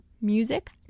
Music